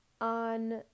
on